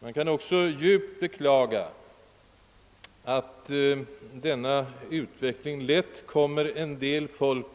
Man kan också djupt beklaga att denna utveckling lätt tycks komma somliga